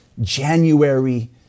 January